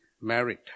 married